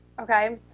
okay